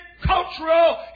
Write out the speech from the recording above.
cultural